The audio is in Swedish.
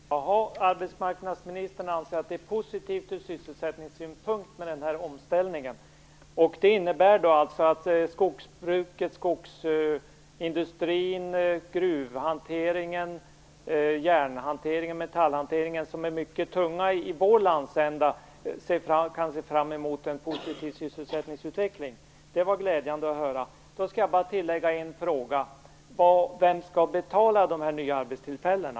Fru talman! Arbetsmarknadsministern anser således att den här omställningen är positiv ur sysselsättningssynpunkt. Det innebär alltså att skogsbruket, skogsindustrin, gruvhanteringen, järn och metallhanteringen, som är mycket tunga i vår landsända, kan se fram emot en positiv sysselsättningsutveckling. Det var glädjande att höra. Jag skall bara tillägga en fråga: Vem skall betala de här nya arbetstillfällena?